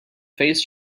face